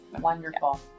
Wonderful